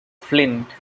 flint